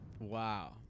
Wow